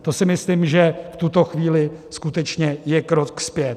To si myslím, že v tuto chvíli skutečně je krok zpět.